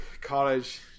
college